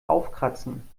aufkratzen